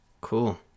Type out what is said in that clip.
Cool